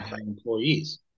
employees